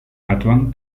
batuan